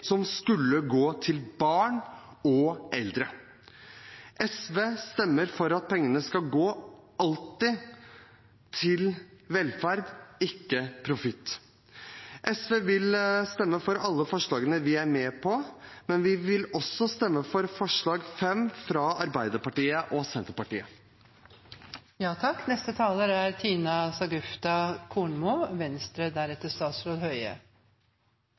som skulle gå til barn og eldre? SV stemmer for at pengene alltid skal gå til velferd, ikke profitt. SV vil stemme for alle forslagene vi er med på, men vi vil også stemme for forslag nr. 5, fra Arbeiderpartiet og Senterpartiet. I Venstre er